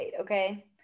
Okay